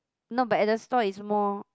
no but at the store is more